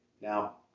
Now